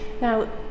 Now